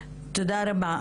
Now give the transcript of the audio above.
תודה רבה.